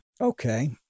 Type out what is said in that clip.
Okay